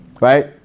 right